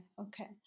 okay